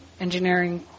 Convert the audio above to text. engineering